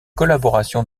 collaboration